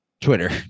Twitter